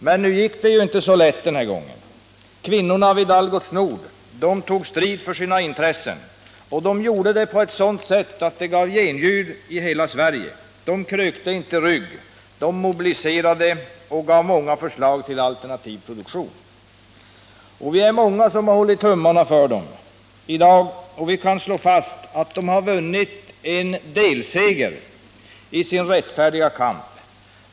Men det gick inte så lätt den här gången. Kvinnorna vid Algots Nord tog strid för sina intressen, och de gjorde det på ett sådant sätt att det gav genljud i hela Sverige. De krökte inte rygg, de mobiliserade och gav många förslag till alternativ produktion. Vi är många som har hållit tummarna för dem, och i dag kan vi slå fast att de har vunnit en delseger i sin rättfärdiga kamp.